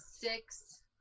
six